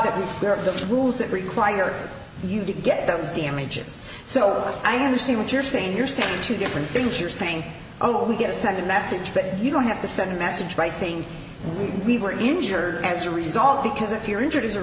of the rules that require you to get those damages so i understand what you're saying you're saying two different things you're saying oh we get a second message but you don't have to send a message by saying we were injured as a result because if you're injured as a